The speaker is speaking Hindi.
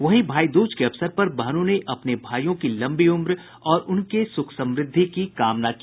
वहीं भाई दूज के अवसर पर बहनों ने अपने भाईयों की लम्बी उम्र और उनके सुख समृद्धि की कामना की